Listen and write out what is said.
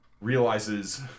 realizes